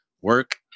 work